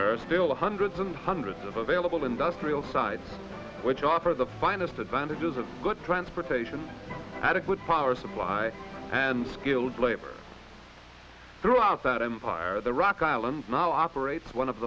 there are still hundreds and hundreds of available industrial size which offer the finest advantages of transportation adequate power supply and skilled labor throughout that empire the rock island now operates one of